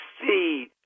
see